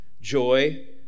joy